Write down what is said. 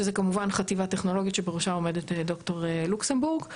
שזה כמובן חטיבה טכנולוגית שבראשה עומדת ד"ר לוקסנבורג,